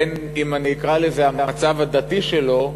אם אני אקרא לזה המצב הדתי שלו,